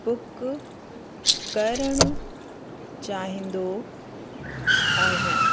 book करणु चाहींदो आहियां